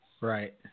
Right